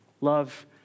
Love